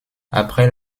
après